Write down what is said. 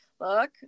Look